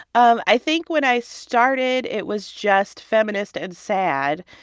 um i think when i started it was just feminist and sad,